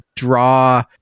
Draw